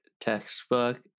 textbook